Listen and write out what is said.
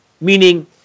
meaning